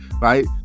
right